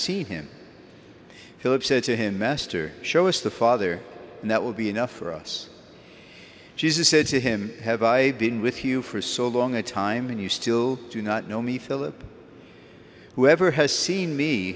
seen him heal it said to him master show us the father and that will be enough for us jesus said to him have i been with you for so long a time and you still do not know me philip whoever has seen me